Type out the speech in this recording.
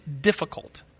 difficult